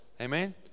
Amen